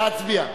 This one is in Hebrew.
להצביע.